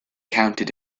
counted